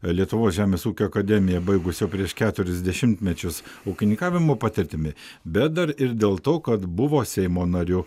lietuvos žemės ūkio akademiją baigusio prieš keturis dešimtmečius ūkininkavimo patirtimi bet dar ir dėl to kad buvo seimo nariu